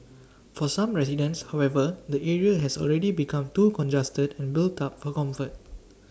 for some residents however the area has already become too congested and built up for comfort